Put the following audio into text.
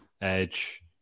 Edge